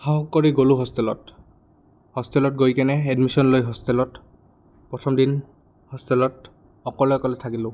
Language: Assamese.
সাহস কৰি গ'লোঁ হোষ্টেলত হোষ্টেলত গৈ কিনে এডমিশ্যন লৈ হোষ্টেলত প্ৰথম দিন হোষ্টেলত অকলে অকলে থাকিলোঁ